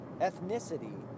ethnicity